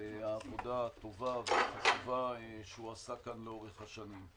העבודה הטובה והחשובה שהוא עשה כאן לאורך השנים.